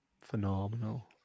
Phenomenal